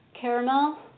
Caramel